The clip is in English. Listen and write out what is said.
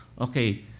Okay